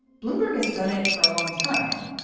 bloomberg has done it for a long time.